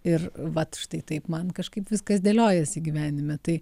ir vat štai taip man kažkaip viskas dėliojasi gyvenime tai